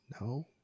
No